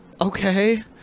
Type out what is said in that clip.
okay